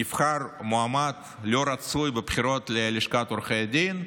נבחר מועמד לא רצוי בבחירות ללשכת עורכי הדין,